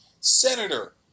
Senator